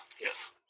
Yes